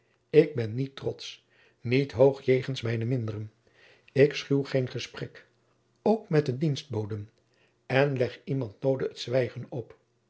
ik ben niet trotsch niet hoog jegens mijne minderen ik schuw geen gesprek ook met de dienstboden en leg iemand noode het zwijgen op